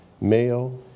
Male